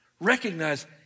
Recognize